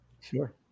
Sure